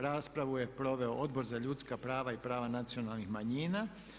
Raspravu je proveo Odbor za ljudska prava i prava nacionalnih manjina.